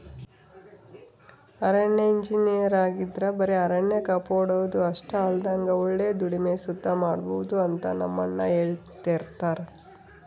ಅರಣ್ಯ ಇಂಜಿನಯರ್ ಆಗಿದ್ರ ಬರೆ ಅರಣ್ಯ ಕಾಪಾಡೋದು ಅಷ್ಟೆ ಅಲ್ದಂಗ ಒಳ್ಳೆ ದುಡಿಮೆ ಸುತ ಮಾಡ್ಬೋದು ಅಂತ ನಮ್ಮಣ್ಣ ಹೆಳ್ತಿರ್ತರ